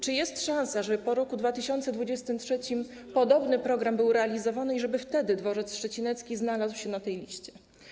Czy jest szansa, żeby po roku 2023 podobny program był realizowany i żeby wtedy dworzec szczecinecki znalazł się na liście?